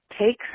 Take